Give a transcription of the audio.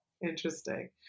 Interesting